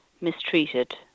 mistreated